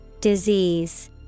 Disease